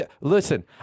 Listen